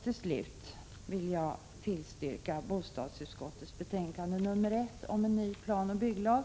Till slut vill jag tillstyrka bostadsutskottets hemställan i betänkande 1 om en ny planoch bygglag.